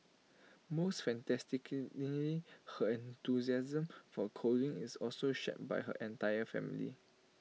most fantastic lingy her enthusiasm for coding is also shared by her entire family